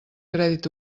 crèdit